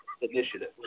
Initiative